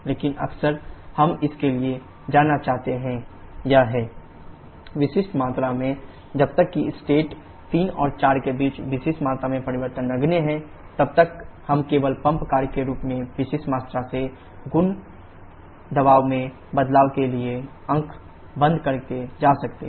लेकिन अक्सर हम इसके लिए जाना चाहते हैं ये हैं vPB PC विशिष्ट मात्रा में जब तक कि स्टेट 3 और 4 के बीच विशिष्ट मात्रा में परिवर्तन नगण्य हैं तब तक हम केवल पंप कार्य के रूप में विशिष्ट मात्रा से गुणा दबाव में बदलाव के लिए आँख बंद करके जा सकते हैं